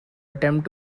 attempt